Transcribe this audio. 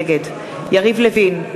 נגד יריב לוין,